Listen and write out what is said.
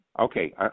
Okay